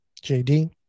JD